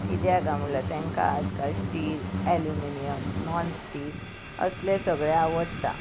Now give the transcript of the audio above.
किद्या कांय म्हल्यार तेंका आजकाल स्टील एल्युमिनीयम नॉन स्टीक असले सगळे आवडटा